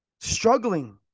struggling